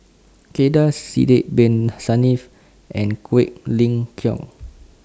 Kay Das Sidek Bin Saniff and Quek Ling Kiong